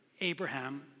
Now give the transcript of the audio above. Abraham